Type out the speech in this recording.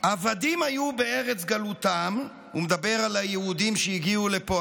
"עבדים היו בארץ גלותם" הוא מדבר על היהודים שהגיעו לפה,